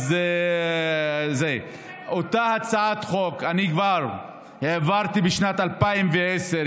את אותה הצעת חוק העברתי כבר בשנת 2010,